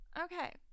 Okay